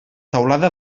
teulada